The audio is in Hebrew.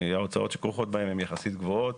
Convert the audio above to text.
ההוצאות שכרוכות בהן הן יחסית גבוהות.